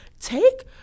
take